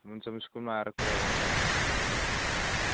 हुन्छ म स्कुलमा आएर कुरा गरौँ हुन्छ हुन्छ हुन्छ